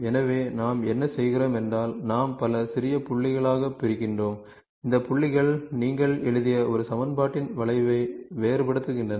எனவே நாம் என்ன செய்கிறோம் என்றால் நாம் பல சிறிய புள்ளிகளாக பிரிக்கிறோம் இந்த புள்ளிகள் நீங்கள் எழுதிய ஒரு சமன்பாட்டின் வளைவை வேறுபடுத்துகின்றன